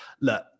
look